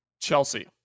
chelsea